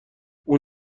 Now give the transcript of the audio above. اون